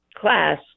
class